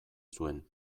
zuen